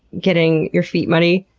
getting your feet muddy?